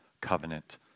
covenant